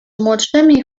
młodszymi